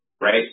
right